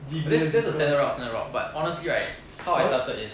that's that's the standard rock standard rock but honestly right how I started is